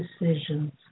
decisions